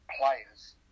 players